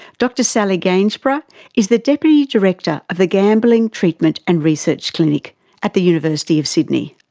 dr sally gainsbury is the deputy director of the gambling treatment and research clinic at the university of sydney.